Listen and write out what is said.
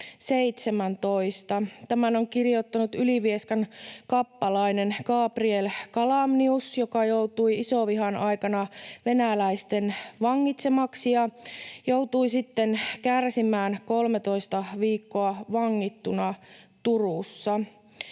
Tämän on kirjoittanut Ylivieskan kappalainen Gabriel Calamnius, joka joutui isonvihan aikana venäläisten vangitsemaksi ja joutui sitten kärsimään kolmetoista viikkoa vangittuna Turussa.